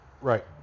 Right